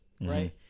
right